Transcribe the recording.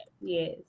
Yes